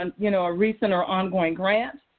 um you know, a recent or ongoing grant.